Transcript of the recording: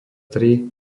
tri